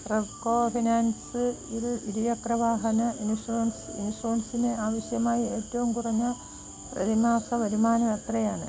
Repco finance ഇൽ ഇരുചക്ര വാഹന ഇൻഷുറൻസ് ഇൻഷുറൻസിന് ആവശ്യമായ ഏറ്റവും കുറഞ്ഞ പ്രതിമാസ വരുമാനം എത്രയാണ്